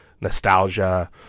nostalgia